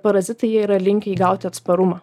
parazitai jie yra linkę įgauti atsparumą